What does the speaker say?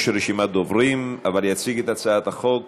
יש רשימת דוברים, אבל יציג את הצעת החוק